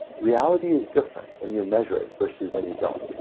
reality is different when you measure it versus when you don't.